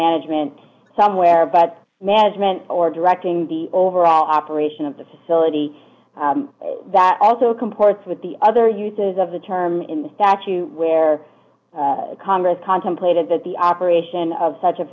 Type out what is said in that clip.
management somewhere but management or directing the overall operation of the facility that also comports with the other uses of the term in the statute where congress contemplated that the operation of such a